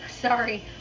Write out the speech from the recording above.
sorry